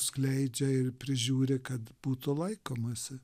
skleidžia ir prižiūri kad būtų laikomasi